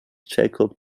jacob